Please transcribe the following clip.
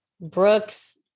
brooks